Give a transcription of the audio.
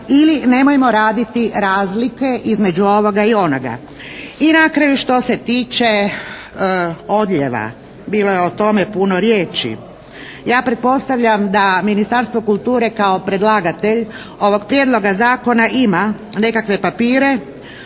ili nemojmo raditi razlike između ovoga i onoga. I na kraju što se tiče odljeva. Bilo je o tome puno riječi. Ja pretpostavljam da Ministarstvo kulture kao predlagatelj ovog prijedloga zakona ima nekakve papire,